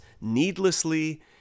needlessly